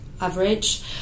average